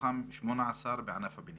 מתוכם 18 בענף הבנייה.